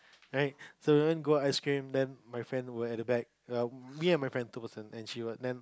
right so then go ice cream then my friend were at the back me and my friend two person then she would then